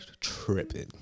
tripping